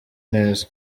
neza